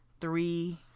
three